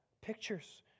pictures